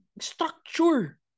structure